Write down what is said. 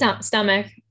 stomach